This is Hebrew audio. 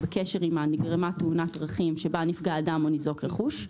בקשר עמה נגרמה תאונת דרכים שבה נפגע אדם או ניזוק רכוש.